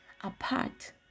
apart